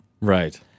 Right